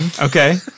Okay